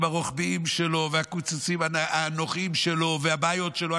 הרוחביים שלו והקיצוצים האנכיים שלו והבעיות שלו,